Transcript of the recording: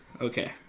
Okay